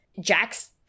Jack's